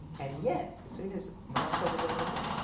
and yet, as soon as malenkov was out of the way,